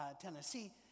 Tennessee